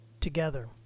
Together